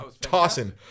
Tossing